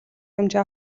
хэмжээ